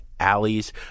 alleys